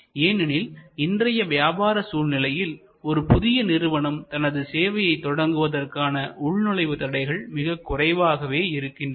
ஏனெனில் இன்றைய வியாபார சூழ்நிலையில்ஒரு புதிய நிறுவனம் தனது சேவையை தொடங்குவதற்கான உள்நுழைவு தடைகள் மிகக் குறைவாகவே இருக்கின்றன